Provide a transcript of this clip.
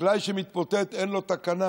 חקלאי שמתמוטט, אין לו תקנה.